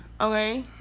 Okay